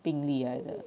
病例来的